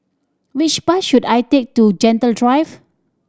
which bus should I take to Gentle Drive